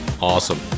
awesome